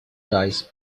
dice